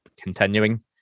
continuing